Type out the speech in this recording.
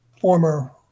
former